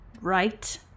Right